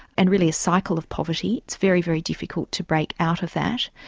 and really a cycle of poverty it's very, very difficult to break out of that,